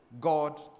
God